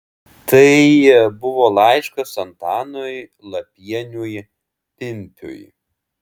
tai buvo laiškas antanui lapieniui pimpiui